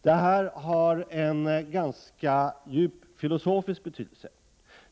Det här har en ganska djup filosofisk betydelse.